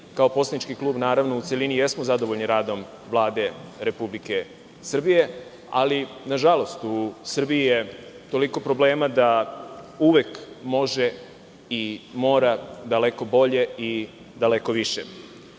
kao poslanički klub u celini jesmo zadovoljni radom Vlade Republike Srbije, ali, nažalost, u Srbiji je toliko problema da uvek može i mora daleko bolje i daleko više. Ova